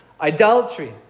Idolatry